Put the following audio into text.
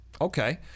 Okay